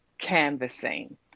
canvassing